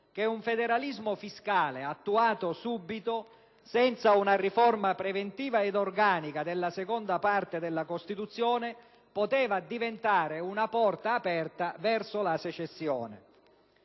che un federalismo fiscale attuato subito, senza una riforma preventiva e organica della Parte II della Costituzione, poteva diventare una porta aperta verso la secessione.